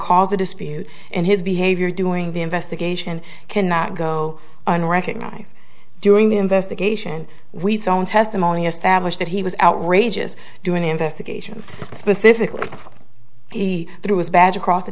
caused the dispute and his behavior doing the investigation cannot go unrecognized during investigation wheats own testimony established that he was outrageous doing investigation specifically he threw his badge across the